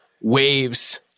waves